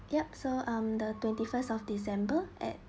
yup so um the twenty first of december at